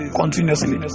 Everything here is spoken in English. continuously